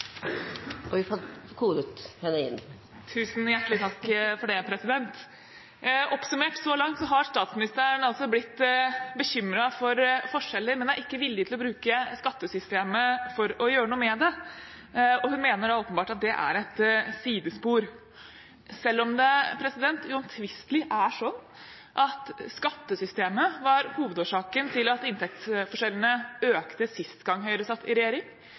og vi må la budsjettet virke litt før vi feller en dom over om budsjettet faktisk har den effekten vi tror. Det åpnes for oppfølgingsspørsmål – først Marianne Marthinsen. Så langt har statsministeren uttrykt bekymring for forskjeller, men er ikke villig til å bruke skattesystemet til å gjøre noe med det. Hun mener åpenbart at det er et sidespor, selv om det uomtvistelig er slik at skattesystemet var hovedårsaken til at inntektsforskjellene økte sist Høyre satt i regjering,